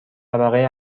طبقه